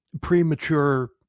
premature